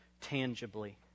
tangibly